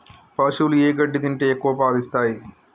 పశువులు ఏ గడ్డి తింటే ఎక్కువ పాలు ఇస్తాయి?